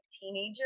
teenager